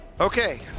Okay